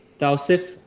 Tausif